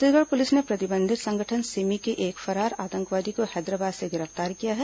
Chhattisgarh police ने प्रतिबंधित संगठन सिमी के एक फरार आतंकवादी को हैदराबाद से गिरफ्तार किया है